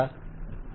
client who